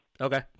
Okay